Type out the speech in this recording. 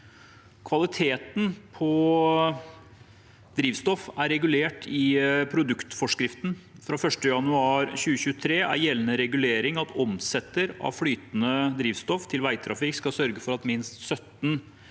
Kvaliteten på drivstoff er regulert i produktforskriften. Fra 1. januar 2023 er gjeldende regulering at omsetter av flytende drivstoff til veitrafikk skal sørge for at minst 17